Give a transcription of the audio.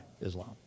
Islam